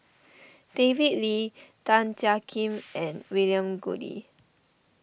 David Lee Tan Jiak Kim and William Goode